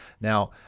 Now